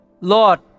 Lord